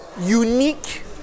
unique